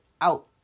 out